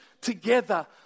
together